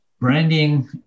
branding